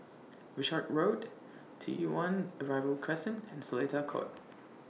Wishart Road T one Arrival Crescent and Seletar Court